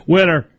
Winner